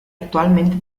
actualmente